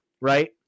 right